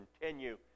continue